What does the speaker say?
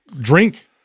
drink